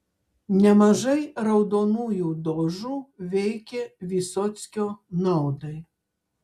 nemažai raudonųjų dožų veikė vysockio naudai